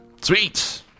Sweet